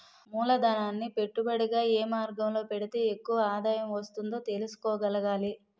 మూలధనాన్ని పెట్టుబడిగా ఏ మార్గంలో పెడితే ఎక్కువ ఆదాయం వస్తుందో తెలుసుకోగలగాలి